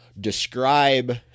describe